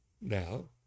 now